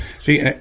See